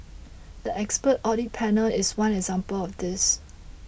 the expert audit panel is one example of this